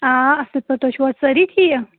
آ اَصٕل پٲٹھۍ تُہۍ چھُوا سٲری ٹھیٖک